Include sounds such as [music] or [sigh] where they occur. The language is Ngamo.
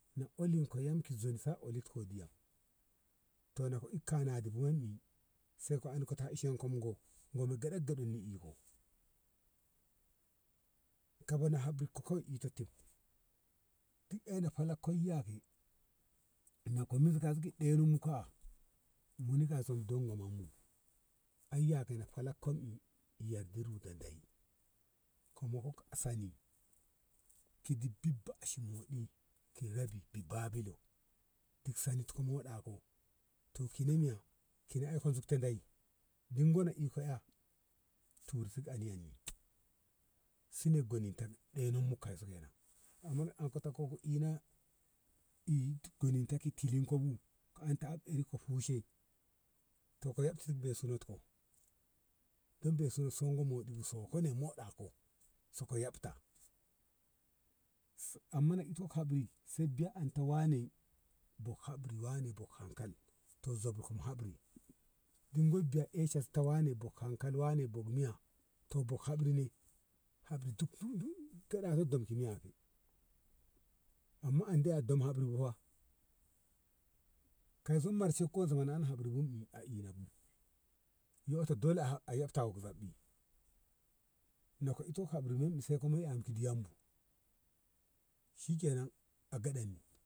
na olin ka yam ki zon fa olit ko diya to na ko ik kanadi bo yom i sai ko ta ishen go diya goman goman go iko kaba na habrin ko kawai iko tim duk ena falak koi ya be na komis ka su ɗemuk ka buni kaso mu don go man mu ay yade falag kom i yakdu ruda lei komo o yak sani ki dik di bashi moɗi ki rabi ki ba bilo kit sani to moɗa ko to ki na miya koi a zukta dei dungo na ika eh turi si ani ya ni sini gonin ta ɗenon mu kaison kenan i gonin ta i tilin ko bu ka anta erin ka hushe to ka yabten be i sonat ko [unintelligible] so ko ne moɗa ko soka yabta amma ka ita habri sai biya anta wane bo habri wane bo hankal to zobon ko habri inko biya eshes wane bob hankal wane bob miya to bob habri ne habri du du gaɗa ko don ki miya amma andi ye a dom habri bu ba kaiso mershe yo han habri bu ina bu yo dole ayob to habri yo ka iko habri bu se ka moi ta diyyan ni shi ke nan a geɗan ni